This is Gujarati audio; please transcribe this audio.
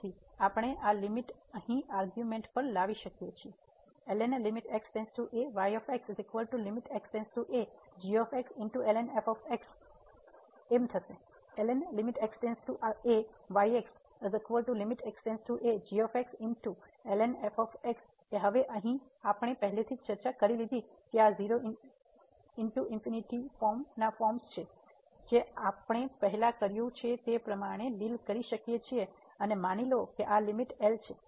તેથી આપણે આ લીમીટ અહીં આર્ગ્યુંમેન્ટ પર લાવી શકીએ છીએ અને હવે અહીં આપણે પહેલેથી જ ચર્ચા કરી લીધી છે કે આ 0 ×∞ ફોર્મ ના ફોર્મ્સ છે જે આપણે પહેલા કર્યું છે તે પ્રમાણે ડીલ કરી શકીએ છીએ અને માની લો કે આ લીમીટ L છે